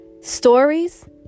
stories